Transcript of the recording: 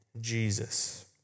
Jesus